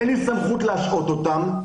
אין לי סמכות להשעות אותם.